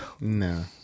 No